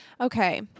okay –